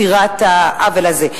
יצירת העוול הזה.